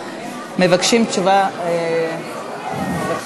גברתי היושבת-ראש,